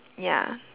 ya